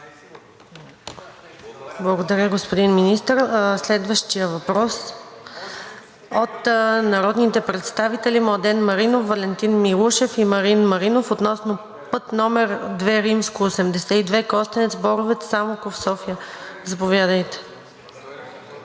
Благодаря, господин Министър. Следващият въпрос е от народните представители Младен Маринов, Валентин Милушев и Марин Маринов относно път II-82 Костенец – Боровец – Самоков – София. Заповядайте.